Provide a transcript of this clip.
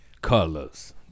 colors